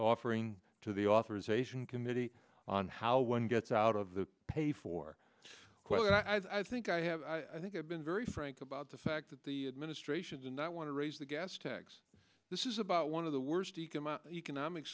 offering to the authorization committee on how one gets out of the pay for i think i have i think i've been very frank about the fact that the administration does not want to raise the gas tax this is about one of the worst economic